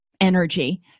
energy